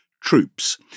troops